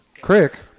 Crick